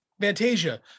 Fantasia